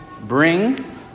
bring